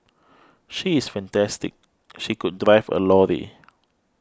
she is fantastic she could drive a lorry